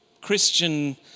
Christian